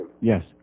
Yes